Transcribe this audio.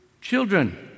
children